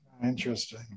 interesting